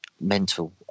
Mental